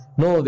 no